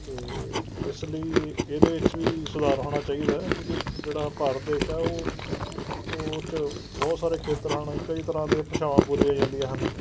ਅਤੇ ਇਸ ਲਈ ਇਹਦੇ ਵਿੱਚ ਵੀ ਸੁਧਾਰ ਹੋਣਾ ਚਾਹੀਦਾ ਹੈ ਕਿਉਂਕਿ ਜਿਹੜਾ ਭਾਰਤ ਦੇਸ਼ ਹੈ ਉਹ ਉਹ 'ਚ ਬਹੁਤ ਸਾਰੇ ਖੇਤਰ ਹਨ ਕਈ ਤਰ੍ਹਾਂ ਦੇ ਭਾਸ਼ਾਵਾਂ ਬੋਲੀਆਂ ਜਾਂਦੀਆਂ ਹਨ